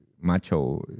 macho